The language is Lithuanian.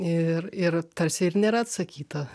ir ir tarsi ir nėra atsakyta